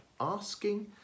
Asking